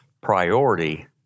Priority